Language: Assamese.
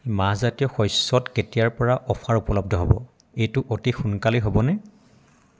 মাহজাতীয় শস্যত কেতিয়াৰ পৰা অফাৰ উপলব্ধ হ'ব এইটো অতি সোনকালেই হ'বনে